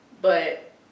But-